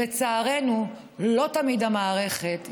ולצערנו, לא תמיד המערכת יודעת.